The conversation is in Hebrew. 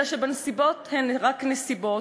אלא שנסיבות הן רק נסיבות,